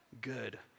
good